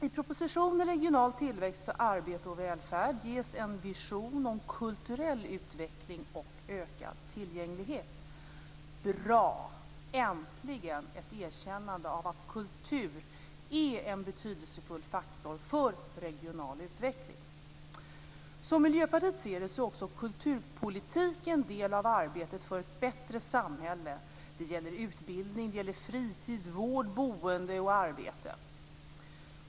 I propositionen Regional tillväxt - för arbete och välfärd ges en vision om kulturell utveckling och ökad tillgänglighet. Bra! Äntligen ett erkännande av att kultur är en betydelsefull faktor för regional utveckling. Som Miljöpartiet ser det är också kulturpolitik en del av arbetet för ett bättre samhälle. Det gäller utbildning, fritid, vård, boende och arbete.